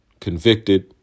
Convicted